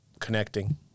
connecting